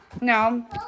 No